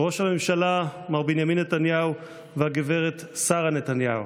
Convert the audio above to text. ראש הממשלה מר בנימין נתניהו והגב' שרה נתניהו,